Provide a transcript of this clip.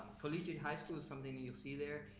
collegiate high schools, something that you'll see there,